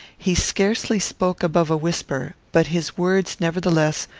he scarcely spoke above a whisper but his words, nevertheless,